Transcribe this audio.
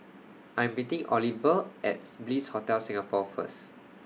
I'm meeting Oliver as Bliss Hotel Singapore First